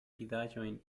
vidaĵon